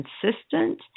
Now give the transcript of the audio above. consistent